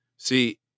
See